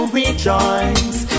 rejoice